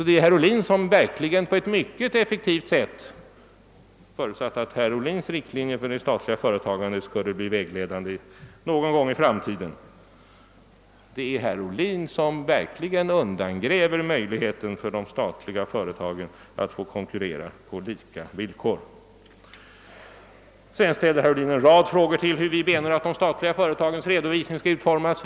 Det är alltså herr Ohlin som på ett mycket effektivt sätt — förutsatt att herr Ohlins riktlinjer för det statliga företagandet någon gång skulle bli vägledande — undergräver möjligheten för de statliga företagen att konkurrera på lika villkor. Herr Ohlin ställde en rad frågor om hur vi menar att de statliga företagens redovisning skall utformas.